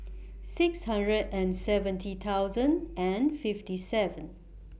six hundred and seventy thousand and fifty seven